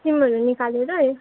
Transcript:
सिमहरू निकालेर